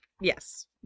yes